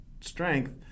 strength